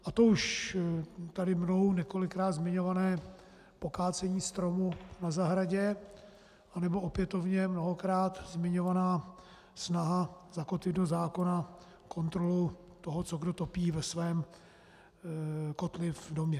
A to už tady mnou několikrát zmiňované pokácení stromu na zahradě anebo opětovně mnohokrát zmiňovaná snaha zakotvit do zákona kontrolu toho, co kdo topí ve svém kotli v domě.